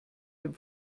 dem